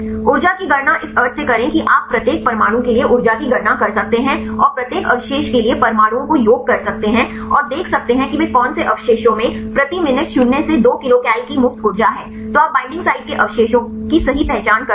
ऊर्जा की गणना इस अर्थ से करें कि आप प्रत्येक परमाणु के लिए ऊर्जा की गणना कर सकते हैं और प्रत्येक अवशेष के लिए परमाणुओं को योग कर सकते हैं और देख सकते हैं कि वे कौन से अवशेषों में प्रति मिनट शून्य से 2 किलो किलोकल की मुफ्त ऊर्जा है तो आप बईंडिंग साइट के अवशेषों की सही पहचान करते हैं